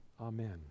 amen